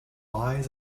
lies